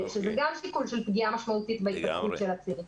שזה גם שיקול של פגיעה משמעותית בהתפתחות של הצעירים.